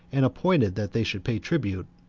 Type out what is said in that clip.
and appointed that they should pay tribute,